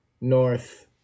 North